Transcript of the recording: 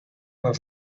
maar